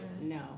no